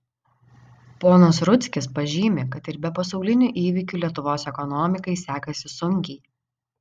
ponas rudzkis pažymi kad ir be pasaulinių įvykių lietuvos ekonomikai sekasi sunkiai